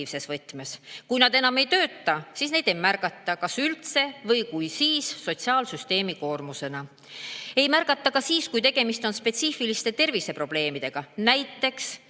Kui nad enam ei tööta, siis ei märgata neid üldse või kui, siis sotsiaalsüsteemi koormusena. Ei märgata ka siis, kui on tegemist spetsiifiliste terviseprobleemidega. Näiteks